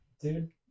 dude